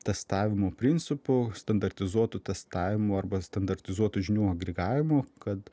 testavimo principu standartizuotu testavimu arba standartizuotu žinių agregavimu kad